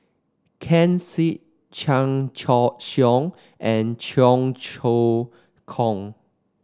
Ken Seet Chan Choy Siong and Cheong Choong Kong